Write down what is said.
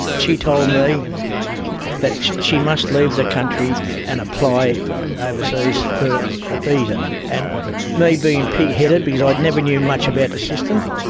she told me that she must leave the country and apply overseas for a visa. and me being pig-headed because i never knew much about the system,